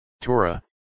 Torah